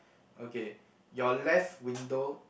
okay your left window